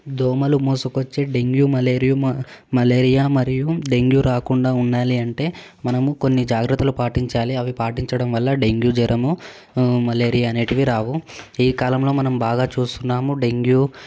దోమలు మోసుకొచ్చే డెంగ్యూ మలేరియోమా మలేరియా మరియు డెంగ్యూ రాకుండా ఉండాలి అంటే మనము కొన్ని జాగ్రత్తలు పాటించాలి అవి పాటించడం వల్ల డెంగ్యూ జ్వరము మలేరియా అనేటివి రావు ఈ కాలంలో మనం బాగా చూస్తున్నాము డెంగ్యూ